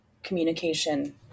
communication